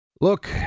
Look